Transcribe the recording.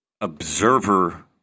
observer